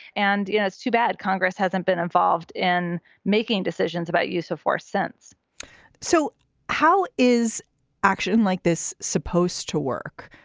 and, you know, it's too bad congress hasn't been involved in making decisions about use of force since so how is action like this supposed to work?